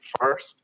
first